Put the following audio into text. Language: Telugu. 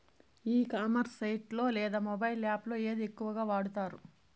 ఈ కామర్స్ సైట్ లో లేదా మొబైల్ యాప్ లో ఏది ఎక్కువగా వాడుతారు?